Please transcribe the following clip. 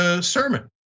sermon